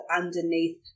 underneath